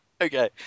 Okay